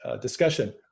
discussion